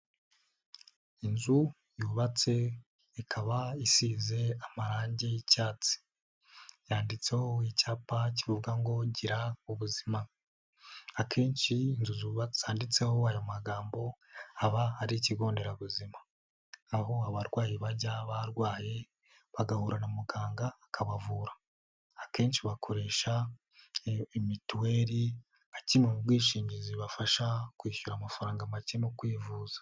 Inzu yubatse, ikaba isize amarangi y'icyatsi yanditseho icyapa kivuga ngo gira ubuzima. Akenshi inzu zanditseho ayo magambo aba ari ikigo nderabuzima, aho abarwayi bajya barwaye bagahura na muganga akabavura. Akenshi bakoresha iyo mituweri nka kimwe mu bwishingizi bubafasha kwishyura amafaranga make mu kwivuza.